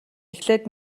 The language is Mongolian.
эхлээд